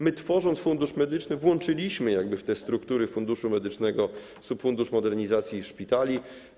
My, tworząc Fundusz Medyczny, włączyliśmy w struktury Funduszu Medycznego subfundusz modernizacji szpitali.